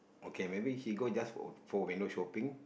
okay maybe she go just for for window shopping